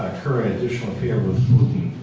curry additional favor with